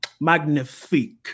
magnifique